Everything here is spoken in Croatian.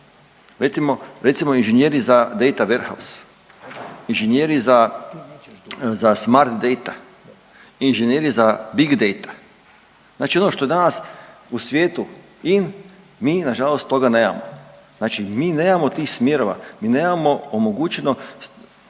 recimo inženjeri za data verhas, inženjeri za, za smart data, inženjeri za big data, znači ono što je danas u svijetu in mi nažalost toga nemamo, znači mi nemamo tih smjerova, mi nemamo omogućeno,